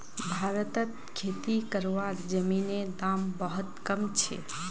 भारतत खेती करवार जमीनेर दाम बहुत कम छे